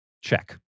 check